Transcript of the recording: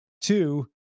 two